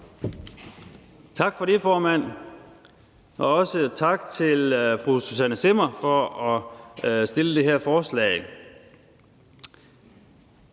Tak for det, formand. Og også tak til fru Susanne Zimmer for at fremsætte det her forslag.